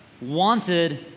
wanted